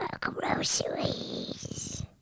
groceries